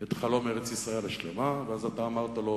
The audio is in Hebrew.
את חלום ארץ-ישראל השלמה, ואז אתה אמרת לו,